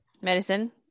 medicine